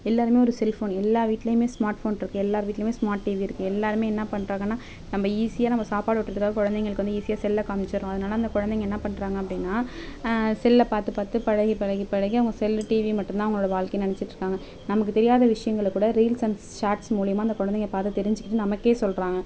எல்லாேருமே ஒரு cell phone எல்லா வீட்லேயுமே ஸ்மார்ட் ஃபோனிருக்கு எல்லாேர் வீட்லேயுமே ஸ்மார்ட் டிவி இருக்குது எல்லாேருமே என்ன பண்ணுறாங்கனா நம்ம ஈஸியாக நம்ம சாப்பாடு ஊட்டுறதுக்காக குழந்தைங்களுக்கு வந்து ஈஸியாக செல்லை காமிச்சிறோம் அதனால அந்த குழந்தைங்க என்ன பண்ணுறாங்க அப்படின்னா செல்லை பார்த்து பார்த்து பழகி பழகி பழகி அவங்க செல்லு டிவி மட்டும் தான் அவங்களோட வாழ்க்கை நினைச்சிட்ருக்காங்க நமக்கு தெரியாத விஷயங்களக்கூட ரீல்ஸ் அண்ட் ஷார்ட்ஸ் மூலயுமா அந்த குழந்தைங்க பார்த்து தெரிஞ்சுகிட்டு நமக்கே சொல்கிறாங்க